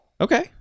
Okay